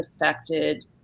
affected